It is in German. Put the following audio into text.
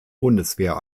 bundeswehr